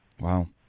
Wow